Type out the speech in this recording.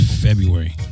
February